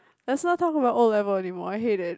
let's not talk about O-level anymore I hate it